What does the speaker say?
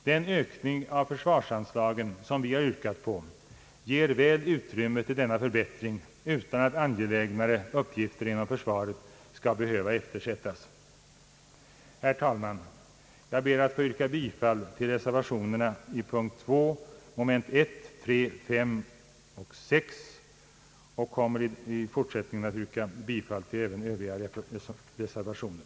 Den ökning av försvarsanslagen som vi har yrkat på ger väl utrymme till denna förbättring utan att angelägnare uppgifter inom försvaret skall behöva eftersättas. Herr talman! Jag ber att få yrka bifall till reservationerna vid punkten 2, moment 1, 3, 5 och 6. Jag kommer i fortsättningen att yrka bifall även till Övriga reservationer.